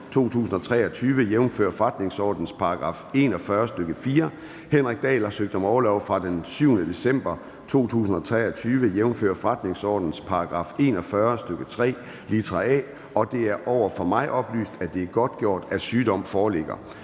Det er over for mig oplyst, at det er godtgjort, at sygdom foreligger.